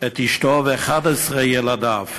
את אשתו ו-11 ילדיו,